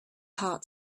heart